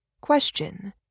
Question